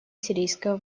сирийского